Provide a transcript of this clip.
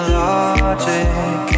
logic